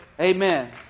Amen